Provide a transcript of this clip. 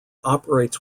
operates